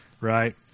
right